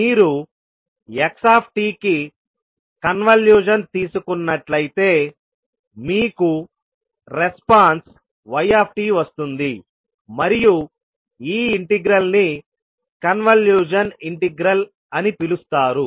మీరు xt కి convolution తీసుకున్నట్లయితే మీకు రెస్పాన్స్ yt వస్తుంది మరియు ఈ ఇంటిగ్రల్ ని కన్వల్యూషన్ ఇంటిగ్రల్ అని పిలుస్తారు